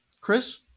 Chris